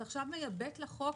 את עכשיו מייבאת לחוק